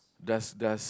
does does